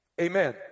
Amen